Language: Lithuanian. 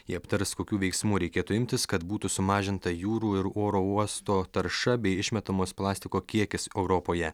jie aptars kokių veiksmų reikėtų imtis kad būtų sumažinta jūrų ir oro uosto tarša bei išmetamas plastiko kiekis europoje